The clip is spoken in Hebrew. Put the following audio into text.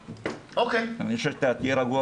אני חושב שה-תהיה רגוע,